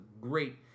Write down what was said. great